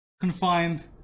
Confined